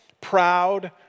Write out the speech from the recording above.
proud